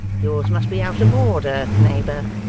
yours must be out of order, neighbour